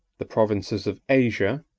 the provinces of asia,